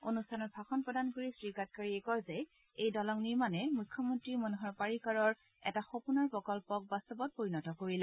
অনুষ্ঠানত ভাষণ প্ৰদান কৰি শ্ৰীগাডকাৰীয়ে কয় যে এই দলং নিৰ্মানে মুখ্যমন্ত্ৰী মনোহৰ পাৰিকাৰৰ এটা সপোনৰ প্ৰকল্পত বাস্তৱত পৰিণত কৰিলে